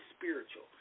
spiritual